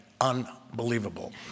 unbelievable